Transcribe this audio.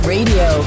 Radio